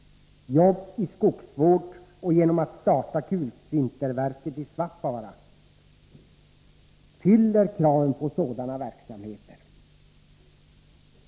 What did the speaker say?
Jobb i skogsvård och i kulsinterverket i Svappavaara, om det startas, fyller kraven på sådana verksamheter.